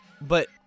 but-